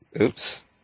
oops